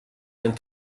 and